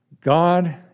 God